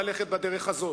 ללכת בדרך הזאת.